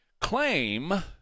claim